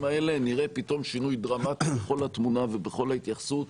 האלה נראה פתאום שינוי דרמטי בכל התמונה ובכל ההתייחסות,